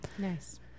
Nice